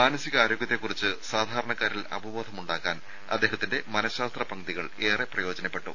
മാനസിക ആരോഗ്യത്തെ കുറിച്ച് സാധാരണക്കാരിൽ അവബോധം ഉണ്ടാക്കാൻ അദ്ദേഹത്തിന്റെ മനഃശാസ്ത്ര പംക്തികൾ ഏറെ പ്രയോജനപ്പെട്ടു